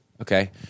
Okay